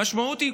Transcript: המשמעות היא